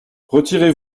retirez